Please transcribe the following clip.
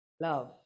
love